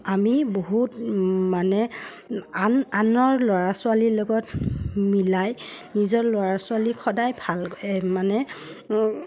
আমি বহুত মানে আন আনৰ ল'ৰা ছোৱালীৰ লগত মিলাই নিজৰ ল'ৰা ছোৱালীক সদায় ভাল মানে